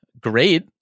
great